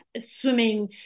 swimming